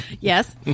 Yes